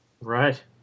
Right